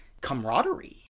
camaraderie